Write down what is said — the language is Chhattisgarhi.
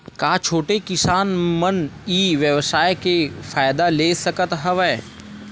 का छोटे किसान मन ई व्यवसाय के फ़ायदा ले सकत हवय?